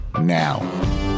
now